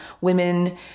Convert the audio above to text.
women